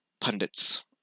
pundits